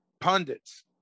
pundits